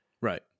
right